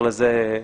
הבנתי.